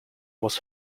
was